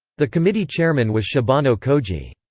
the committee chairman was shibano koji.